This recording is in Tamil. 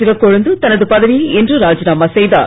சிவக்கொழுந்து தனது பதவியை இன்று ராஜினாமா செய்தார்